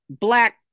Black